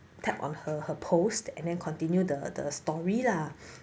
tap on her her post and then continue the story lah